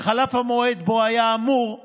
וחלף המועד שבו היו אמורים